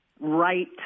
right